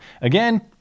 Again